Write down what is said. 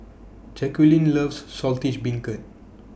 Jacquline loves Saltish Beancurd